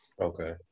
Okay